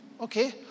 Okay